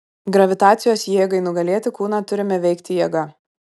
gravitacijos jėgai nugalėti kūną turime veikti jėga